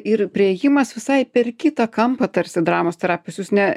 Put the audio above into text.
ir priėjimas visai per kitą kampą tarsi dramos terapijos jūs ne